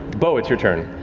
beau, it's your turn.